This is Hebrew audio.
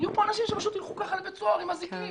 יהיו פה אנשים שפשוט ילכו לבית הסוהר עם אזיקים.